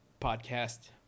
podcast